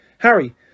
Harry